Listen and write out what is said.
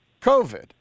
covid